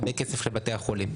הרבה כסף לבתי החולים,